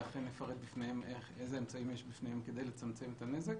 ואכן לפרט בפניהם איזה אמצעים יש בפניהם כדי לצמצם את הנזק.